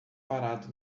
parado